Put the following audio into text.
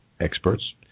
Experts